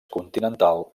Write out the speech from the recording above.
continental